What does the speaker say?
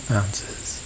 ounces